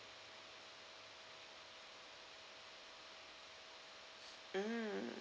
mm